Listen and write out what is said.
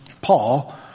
Paul